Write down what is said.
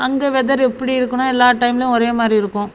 அங்கே வெதரு எப்படி இருக்குதுன்னா எல்லா டைம்லேயும் ஒரே மாதிரி இருக்கும்